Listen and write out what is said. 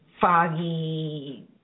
foggy